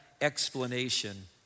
explanation